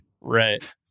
Right